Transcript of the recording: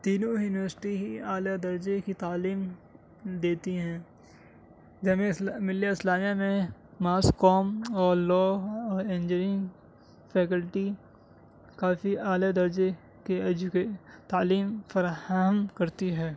تینوں یونیورسٹی ہی اعلیٰ درجے کی تعلیم دیتی ہیں جامعہ ملیہ اسلامیہ میں ماس کوم اور لاء انجینیئرنگ فیکلٹی کافی اعلیٰ درجے کے تعلیم فراہم کرتی ہے